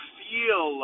feel